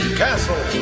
castle